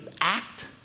act